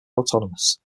autonomous